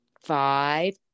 five